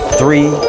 three